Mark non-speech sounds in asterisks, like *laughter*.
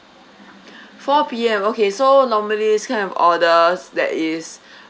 *breath* four P_M okay so normally this kind of orders that is *breath*